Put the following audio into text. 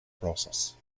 process